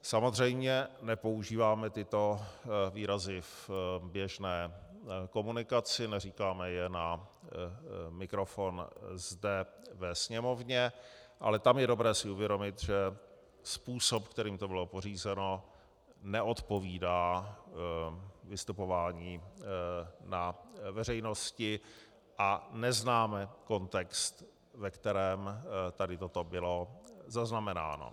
Samozřejmě nepoužíváme tyto výrazy v běžné komunikaci, neříkáme je na mikrofon zde ve sněmovně, ale tam je dobré si uvědomit, že způsob, kterým to bylo pořízeno, neodpovídá vystupování na veřejnosti a neznáme kontext, ve kterém tady toto bylo zaznamenáno.